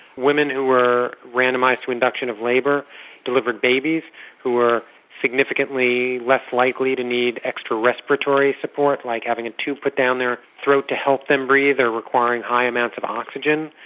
women who were randomised to induction of labour delivered babies who were significantly less likely to need extra respiratory support, like having a tube put down their throats to help them breathe or requiring high amounts of oxygen.